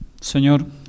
Señor